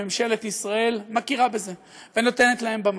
ממשלת ישראל מכירה בזה ונותנת להם במה.